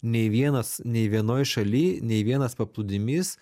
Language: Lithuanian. nei vienas nei vienoj šaly nei vienas paplūdimys